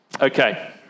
Okay